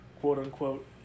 quote-unquote